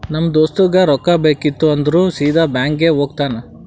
ನಮ್ ದೋಸ್ತಗ್ ರೊಕ್ಕಾ ಬೇಕಿತ್ತು ಅಂದುರ್ ಸೀದಾ ಬ್ಯಾಂಕ್ಗೆ ಹೋಗ್ತಾನ